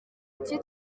ati